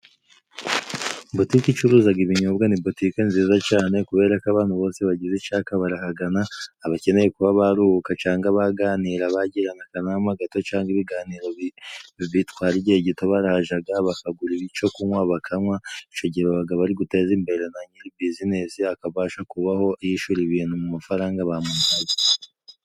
Butike icuruzaga ibinyobwa ni butike nziza cane, kubera ko abantu bose bagize icaka barahagana, abakeneye kuba baruhuka cangwa baganira, bagirana akanama gato cangwa ibiganiro bitwara igihe gito barahajaga bakahagurira ico kunywa bakanywa. Ico gihe babaga bari guteza imbere na nyiri buzinese, akabasha kubaho yishura ibintu mu mafaranga bamuhaye.